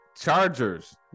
Chargers